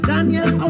Daniel